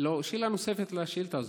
שאלה נוספת לשאילתה הזאת.